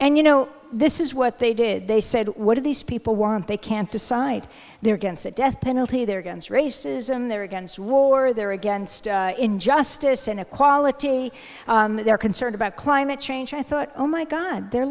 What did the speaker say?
and you know this is what they did they said what do these people want they can't decide they're gets the death penalty they're against racism they're against war they're against injustice inequality they're concerned about climate change i thought oh my god they're